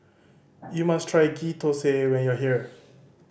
you must try Ghee Thosai when you are here